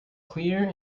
clear